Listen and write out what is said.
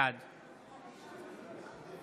בעד